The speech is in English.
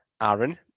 Aaron